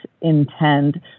intend